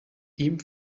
ihm